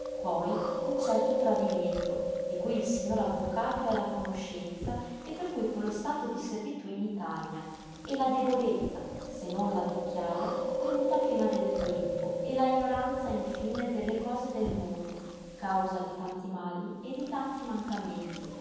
poi un certo tradimento di cui il signor avvocato era a conoscenza e per cui quello stato di servitú in italia e la debolezza se non la vecchiaja venuta prima del tempo e la ignoranza infine delle cose del mondo causa di tanti mali e di tanti mancamenti